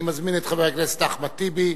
אני מזמין את חבר הכנסת אחמד טיבי,